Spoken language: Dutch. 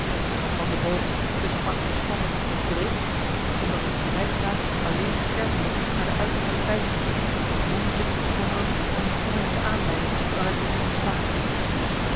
en als dan de boog te strak gespannen breekt onderzoekt de krijgsraad alleen scherpelijk naar de uiterlijke feiten zonder zich te bekommeren om de innerlijke aanleiding waaruit zij zijn ontstaan